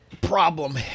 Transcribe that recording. problem